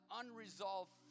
unresolved